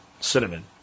cinnamon